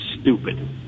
stupid